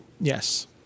Yes